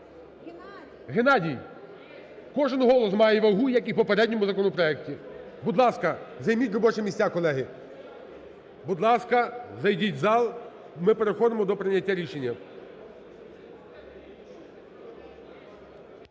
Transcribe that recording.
Геннадій! Кожен голос має вагу, як і в попередньому законопроекті. Будь ласка, займіть робочі місця, колеги. Будь ласка, зайдіть в зал, ми переходимо до прийняття рішення.